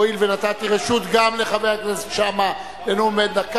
הואיל ונתתי רשות גם לחבר הכנסת שאמה לנאום בן דקה,